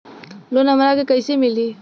Loan हमरा के कईसे मिली?